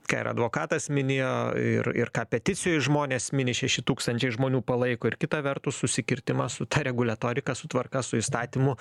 ką ir advokatas minėjo ir ir ką peticijoj žmonės mini šeši tūkstančiai žmonių palaiko ir kita vertus susikirtimą su ta reguliatorika su tvarka su įstatymu